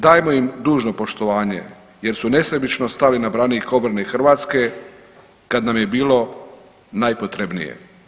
Dajmo im dužno poštovanje jer su nesebično stali na branik obrane Hrvatske kad nam je bilo najpotrebnije.